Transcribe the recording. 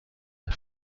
the